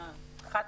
אה, חד-משמעית.